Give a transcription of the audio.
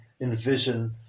envision